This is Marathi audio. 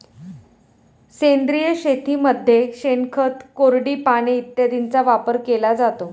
सेंद्रिय शेतीमध्ये शेणखत, कोरडी पाने इत्यादींचा वापर केला जातो